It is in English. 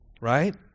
right